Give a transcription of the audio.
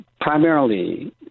primarily